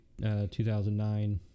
2009